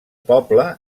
poble